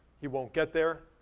he won't get there,